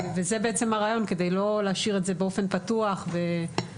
וזה הרעיון כדי לא להשאיר את זה באופן פתוח ושרירותי,